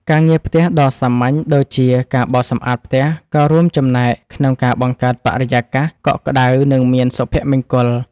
ការងារផ្ទះដ៏សាមញ្ញដូចជាការបោសសម្អាតផ្ទះក៏រួមចំណែកក្នុងការបង្កើតបរិយាកាសកក់ក្តៅនិងមានសុភមង្គល។